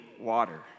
water